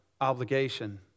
obligation